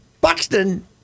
Buxton